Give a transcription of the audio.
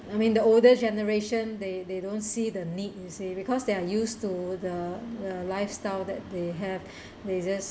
I mean the older generation they they don't see the need you see because they are used to the uh lifestyle that they have they just